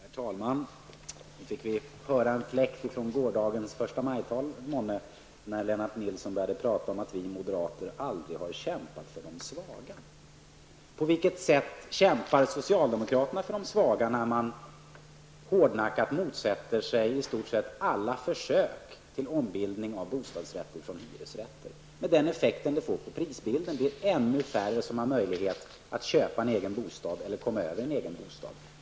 Herr talman! Fick vi månne höra en fläkt från gårdagens förstamajtal när Lennart Nilsson började tala om att vi moderater aldrig har kämpat för de svaga? På vilket sätt kämpar socialdemokraterna för de svaga när de hårdnackat motsätter sig i stort sett alla försök att till ombildning av hyresrätter till bostadsrätter? Med den effekt detta får på prisbilden blir det ännu färre som får möjlighet att köpa en egen bostad eller få en egen bostad.